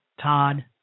Todd